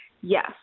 yes